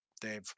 Dave